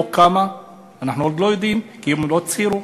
או כמה, אנחנו עוד לא יודעים, כי הם לא הצהירו.